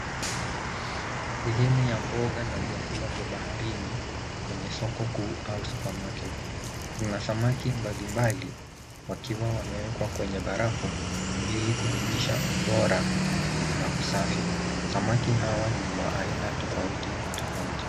Sehemu ya mboga na vyakula vya baharini kwenye soko kuu au supermarket . Kuna samaki mbalimbali wakiwa wamewekwa kwenye barafu ili kudumisha ubora na usafi. Samaki hawa ni wa aina tofauti tofauti.